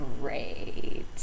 great